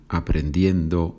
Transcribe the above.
aprendiendo